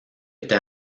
était